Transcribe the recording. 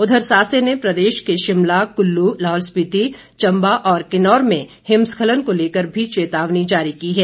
उधर सासे ने प्रदेश के शिमला कुल्लू लाहौल स्पिति चंबा और किन्नौर में हिमस्खलन को लेकर भी चेतावनी जारी की है